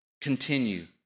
continue